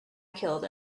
killed